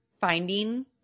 finding